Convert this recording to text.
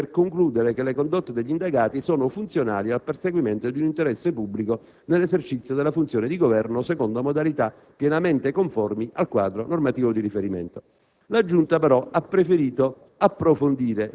tale circostanza sarebbe di per sé sufficiente per concludere che le condotte degli indagati sono funzionali al perseguimento di un interesse pubblico nell'esercizio della funzione di Governo, secondo modalità pienamente conformi al quadro normativo di riferimento.